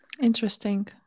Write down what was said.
interesting